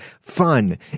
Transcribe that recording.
fun